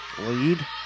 lead